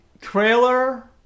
trailer